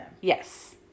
Yes